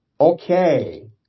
okay